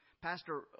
Pastor